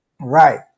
Right